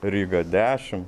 ryga dešim